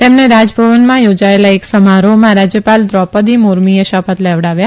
તેમણે રાજભવનમાં યોજાયેલા એક સમારોહમાં રાજથપાલ વ્રોપર્દી મુર્મીએ શપથ લેવડાવ્યા